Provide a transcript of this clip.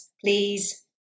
please